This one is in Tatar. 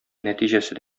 нәтиҗәсе